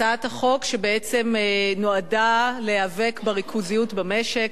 הצעת החוק שבעצם נועדה להיאבק בריכוזיות במשק,